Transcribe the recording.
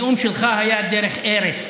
הנאום שלך היה דרך ארס,